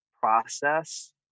process